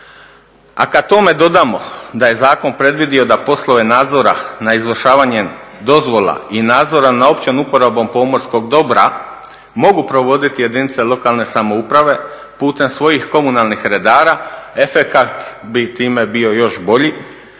A kad tome dodamo da je zakon predvidio da poslove nadzora na izvršavanje dozvola i nadzora nad općom uporabom pomorskog dobra mogu provoditi jedinice lokalne samouprave putem svojih komunalnih redara efekat bi time bio još bolji,